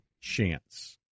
chance